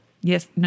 Yes